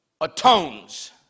atones